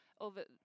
over